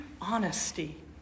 honesty